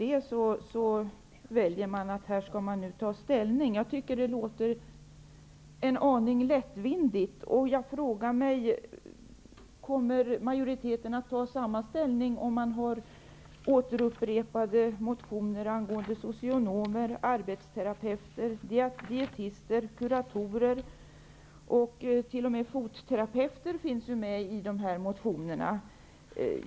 Ändå väljer man att säga att här måste det till ett ställningstagande. Det synes mig en aning lättvindigt. Jag undrar: Kommer majoriteten att göra samma ställningstagande, om det finns återkommande motioner angående socionomer, arbetsterapeuter, dietister och kuratorer? T.o.m. fotterapeuter nämns i de här motionerna.